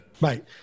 Right